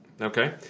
Okay